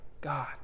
God